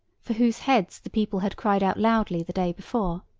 for whose heads the people had cried out loudly the day before.